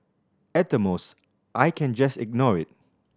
at the most I can just ignore it